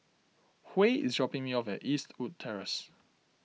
Huy is dropping me off at Eastwood Terrace